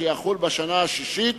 שיחול בשנה השישית